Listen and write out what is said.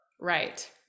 right